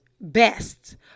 best